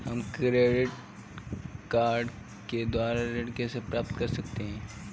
हम credit card के द्वारा ऋण कैसे प्राप्त कर सकते हैं?